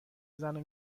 زنو